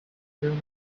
through